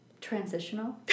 Transitional